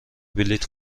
بلیط